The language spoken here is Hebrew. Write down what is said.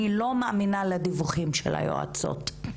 אני לא מאמינה לדיווחים של היועצת.